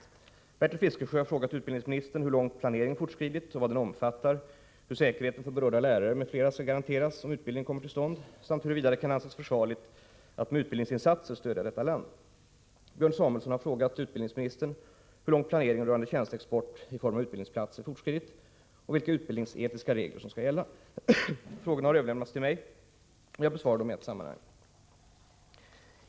Bertil Fiskesjö har frågat utbildningsministern hur långt planeringen fortskridit och vad den omfattar, hur säkerheten för berörda lärare m.fl. skall garanteras om utbildningen kommer till stånd samt huruvida det kan anses försvarligt att med utbildningsinsatser stödja detta land. Björn Samuelson har frågat utbildningsministern hur långt planeringen rörande tjänsteexport i form av utbildningsplatser fortskridit och vilka utbildningsetiska regler som skall gälla. Frågorna har överlämnats till mig, och jag besvarar dem i ett sammanhang.